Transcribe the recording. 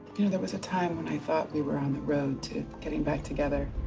you know, there was a time when i thought we were on the road to getting back together.